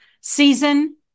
season